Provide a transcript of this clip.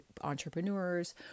entrepreneurs